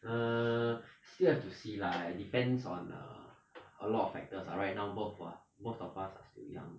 err still have to see lah depends on err a lot of factors lah right now both of us are still young